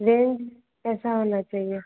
range कैसा वाला चाहिए